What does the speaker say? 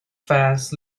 fast